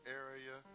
area